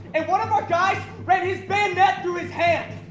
and one of our guys ran his bayonet through his hand.